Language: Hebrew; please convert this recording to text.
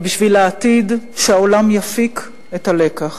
ובשביל העתיד, שהעולם יפיק את הלקח.